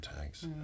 tags